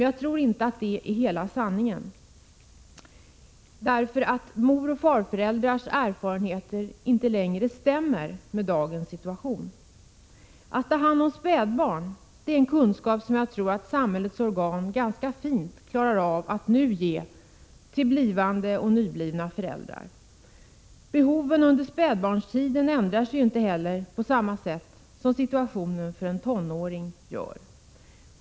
Jag tror inte att det är hela sanningen, därför att moroch farföräldrars erfarenheter inte längre stämmer i dagens situation. Att ta hand om spädbarn är en kunskap som samhällets organ ganska fint klarar av att ge till blivande och nyblivna föräldrar. Behoven under spädbarnstiden ändrar sig inte heller på samma sätt som situationen för en tonåring gör.